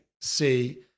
see